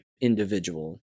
individual